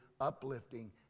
uplifting